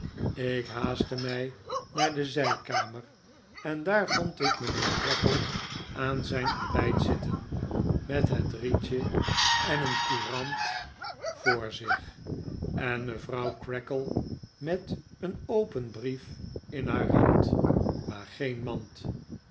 ik haastte mij naar de zijkamer en daar vond ik mijnheer creakle aan zijn ontbijt zitten met het rietje en een courant voor zich en mevrouw creakle met een open brief in haar hand maar geen mand